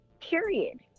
period